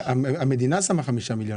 המדינה שמה 25 מיליון